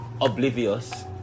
oblivious